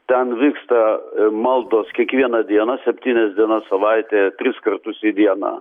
ten vyksta maldos kiekvieną dieną septynias dienas savaitėje tris kartus į dieną